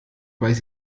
weiß